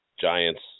Giants